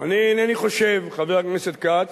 אני אינני חושב, חבר הכנסת כץ,